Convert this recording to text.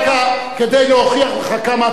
כדי להוכיח לך כמה טועה,